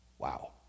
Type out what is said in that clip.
wow